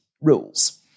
rules